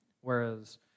Whereas